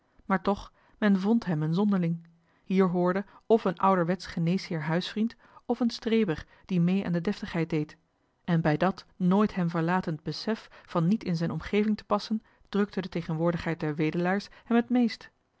maar toch men vnd hem een zonderling hier hoorde f een ouderwetsch geneesheer huisvriend f een streber die mee aan de deftigheid deed en bij dat nooit hem verlatend besef van niet in zijn omgeving te passen drukte de tegenwoordigheid der wedelaar's hem het meest